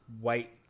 white